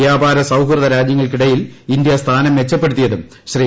വ്യാപ്പ്ക് സൌഹൃദരാജ്യങ്ങൾക്കിടയിൽ ഇന്ത്യ സ്ഥാനം മെച്ചപ്പെടുത്തിയ്തും ശ്രീ